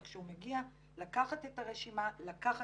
קודם כול מגיעה לשר או לשרה,